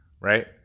right